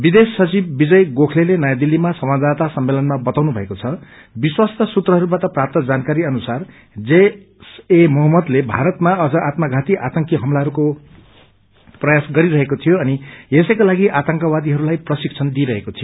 विदेश सचिव विजय गोखलेले नयाँ दिल्लीमा संवाददाता सम्मेलनमा बताउनुभएको छ विश्वस्त सूत्रहरूबाट प्राप्त जानकारी अनुसार जैस ए मोहम्मद भारतमा अझ आत्मषाती आतंकी हमलाहरूको प्रयास गरिरहेको थियो अनि यसैको लागि आतंकवादीहरूलाई प्रशिक्षण दिइरहेको थियो